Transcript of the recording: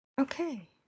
Okay